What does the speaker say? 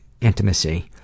intimacy